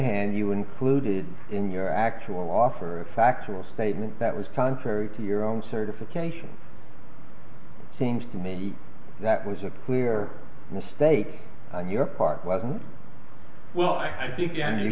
hand you included in your actual offer a factual statement that was contrary to your own certification seems to me that was a poor mistake on your part wasn't well i think yeah you